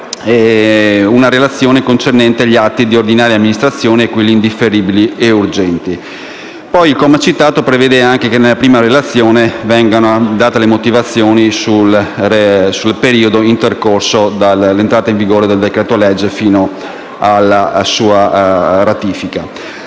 una relazione concernente gli atti di ordinaria amministrazione e quelli indifferibili e urgenti. Inoltre prevede che, nella prima relazione, vengano esposte le motivazioni degli atti adottati nel periodo intercorso tra l'entrata in vigore del decreto-legge fino alla sua ratifica.